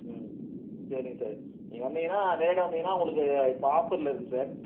ம் சரிங்க சார் நீங்கள் வந்தீங்கன்னா நேரடியாக வந்தீங்கன்னா உங்களுக்கு இப்போ ஆஃபரில் இருக்குது சார்